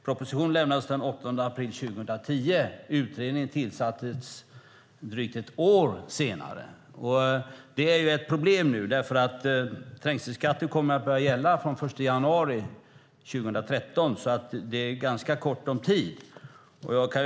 Propositionen lämnades den 8 april 2010. Utredningen tillsattes drygt ett år senare. Det är ju ett problem nu. Trängselskatten kommer att börja gälla den 1 januari 2013, så det är ganska kort om tid.